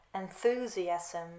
enthusiasm